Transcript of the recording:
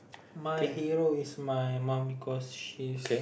my hero is my mum because she's